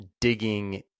digging